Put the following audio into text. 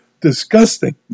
disgusting